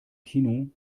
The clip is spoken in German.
kino